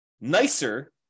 nicer